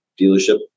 dealership